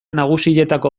nagusietako